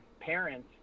parents